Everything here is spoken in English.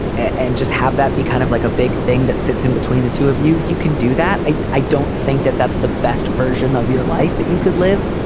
and just have that be kind of like a big thing that sits in between the two of you. you can do that. i i don't think that that's the best version of your life that you could live.